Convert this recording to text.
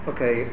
Okay